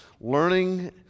Learning